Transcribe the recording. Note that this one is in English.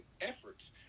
efforts